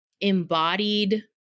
embodied